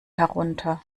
herunter